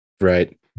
right